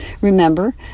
Remember